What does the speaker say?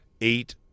eight